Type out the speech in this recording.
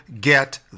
get